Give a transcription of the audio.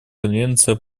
конвенция